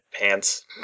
pants